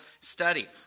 study